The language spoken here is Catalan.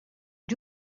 els